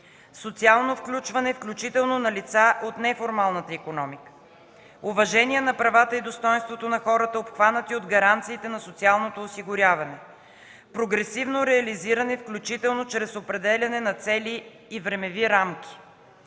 социално включване, включително на лица от неформалната икономика; - уважение на правата и достойнството на хората, обхванати от гаранциите на социалното осигуряване; - прогресивно реализиране, включително чрез определяне на цели и времеви рамки;